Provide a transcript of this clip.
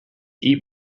eat